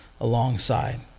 alongside